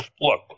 look